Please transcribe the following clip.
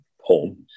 home